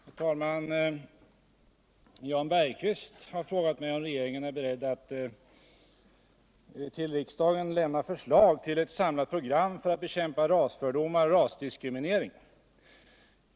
Herr talman! Jan Bergqvist har frågat mig om regeringen är beredd att till riksdagen lämna förslag till ett samlat program för att bekämpa rasfördomar och rasdiskriminering.